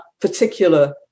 particular